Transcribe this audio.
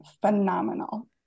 phenomenal